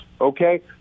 okay